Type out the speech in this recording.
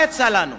מה יצא לנו?